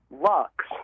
lux